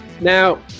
Now